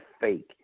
fake